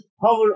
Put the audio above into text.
power